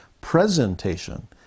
presentation